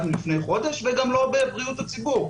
מלפני חודש וגם לא בבריאות הציבור.